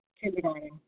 kindergarten